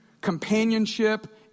companionship